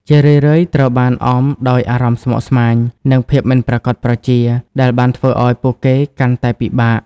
ជារឿយៗត្រូវបានអមដោយអារម្មណ៍ស្មុគស្មាញ និងភាពមិនប្រាកដប្រជា ដែលបានធ្វើឲ្យពួកគេកាន់តែពិបាក។